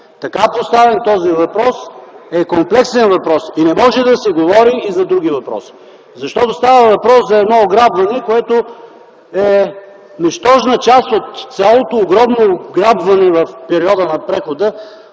Така поставен този въпрос е комплексен и не може да се говори и за други въпроси. Защото става въпрос за едно ограбване, което е нищожна част от цялото огромно ограбване в периода на прехода